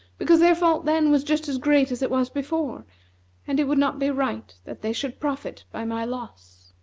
because their fault then was just as great as it was before and it would not be right that they should profit by my loss.